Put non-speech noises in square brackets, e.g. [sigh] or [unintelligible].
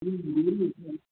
[unintelligible]